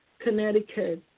Connecticut